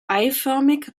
eiförmig